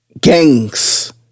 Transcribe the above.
gangs